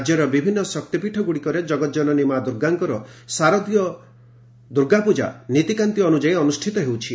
ରାଜ୍ୟର ବିଭିନ୍ନ ଶକ୍ତିପୀଠଗୁଡ଼ିକରେ ଜଗତଜନନୀ ମା'ଦୁର୍ଗାଙ୍କର ଶାରଦୀୟ ପୂଜା ନୀତିକାନ୍ତି ଅନୁଯାୟୀ ଅନୁଷ୍ପିତ ହେଉଛି